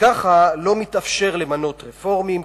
וכך לא מתאפשר למנות רפורמים,